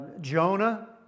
Jonah